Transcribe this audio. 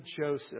Joseph